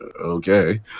Okay